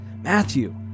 Matthew